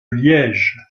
liège